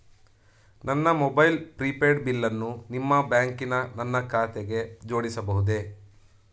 ನನ್ನ mobile prepaid ಬಿಲ್ಲನ್ನು ನಿಮ್ಮ ಬ್ಯಾಂಕಿನ ನನ್ನ ಖಾತೆಗೆ ಜೋಡಿಸಬಹುದೇ?